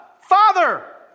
Father